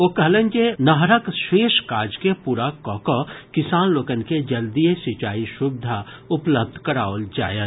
ओ कहलनि जे नहरक शेष काज के पूरा कऽ कऽ किसान लोकनि के जल्दीए सिंचाई सुविधा उपलब्ध कराओल जायत